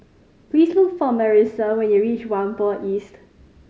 please look for Marissa when you reach Whampoa East